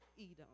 Edom